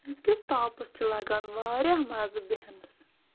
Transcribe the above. أزکِس تاپَس چھُ لَگان واریاہ مَزٕ بیہنَس